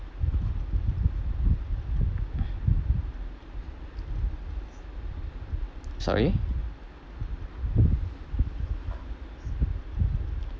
sorry